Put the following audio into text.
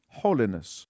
holiness